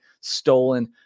stolen